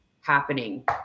happening